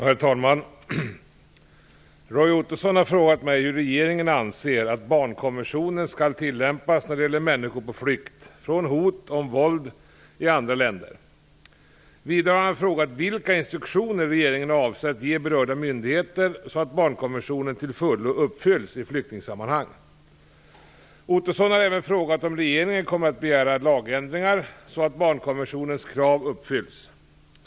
Herr talman! Roy Ottosson har frågat mig hur regeringen anser att barnkonventionen skall tillämpas när det gäller människor på flykt från hot och våld i andra länder. Vidare har han frågat vilka instruktioner regeringen avser att ge berörda myndigheter så att barnkonventionen till fullo uppfylls i flyktingsammanhang. Roy Ottosson har även frågat om regeringen kommer att begära lagändringar så att barnkonventionens krav uppfylls.